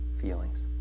feelings